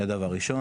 זה דבר ראשון.